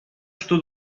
estou